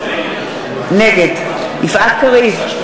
נגד יפעת קריב,